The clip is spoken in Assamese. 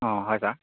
অঁ হয় ছাৰ